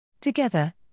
Together